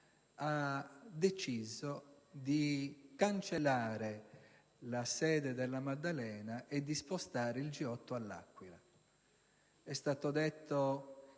ha deciso di cancellare la sede de La Maddalena e di spostare il G8 a L'Aquila. È stato detto